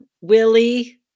Willie